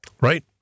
Right